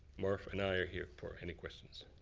murph and i are here for any questions.